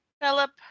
Philip